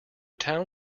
town